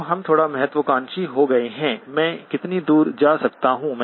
अब हम थोड़ा महत्वाकांक्षी हो गए हैं मैं कितनी दूर जा सकता हूं